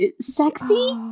Sexy